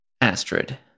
Astrid